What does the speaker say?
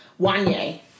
wanye